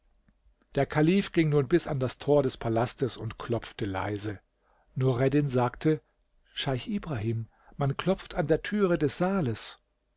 der kalif ging nun bis an das tor des palastes und klopfte leise nureddin sagte scheich ibrahim man klopft an der türe des saales